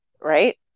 Right